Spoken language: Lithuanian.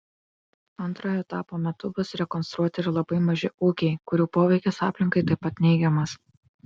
antrojo etapo metu bus rekonstruoti ir labai maži ūkiai kurių poveikis aplinkai taip pat neigiamas